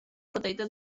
podejdę